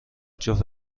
جفت